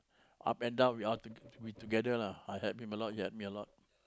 up and down we are we together lah I help him a lot he help me a lot